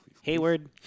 Hayward